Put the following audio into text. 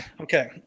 Okay